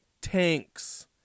tanks